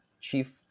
chief